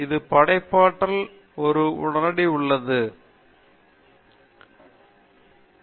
இது படைப்பாற்றல் ஒரு உடனடி உள்ளது இவை படைப்பாற்றல் நிகழ்வுகளாகும் ஆனால் நாம் இதைப் பார்க்கவில்லை நாங்கள் கடுமையான படைப்பாற்றல் பார்க்கிறோம்